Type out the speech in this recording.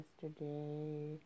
yesterday